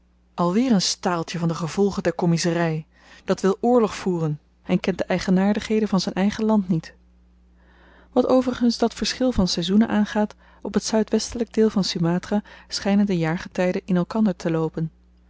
weer n staaltje van de gevolgen der kommiezery dat wil oorlog voeren en kent de eigenaardigheden van z'n eigen land niet wat overigens dat verschil van saizoenen aangaat op t zuidwestelyk deel van sumatra schynen de jaargetyden in elkander te loopen